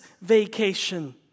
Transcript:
vacation